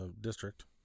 District